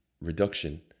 reduction